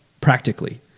practically